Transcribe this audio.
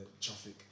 traffic